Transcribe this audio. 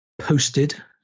posted